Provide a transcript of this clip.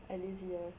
I lazy ah